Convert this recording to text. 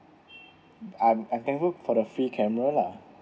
I'm I'm thankful for the free camera lah